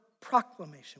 proclamation